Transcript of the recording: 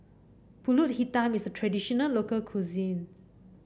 pulut hitam is a traditional local cuisine